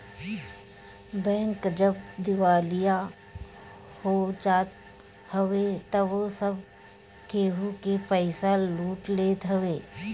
bank जब दिवालिया हो जात हवे तअ सब केहू के पईसा लूट लेत हवे